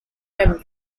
memory